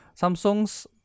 Samsung's